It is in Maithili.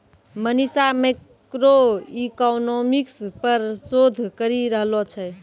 मनीषा मैक्रोइकॉनॉमिक्स पर शोध करी रहलो छै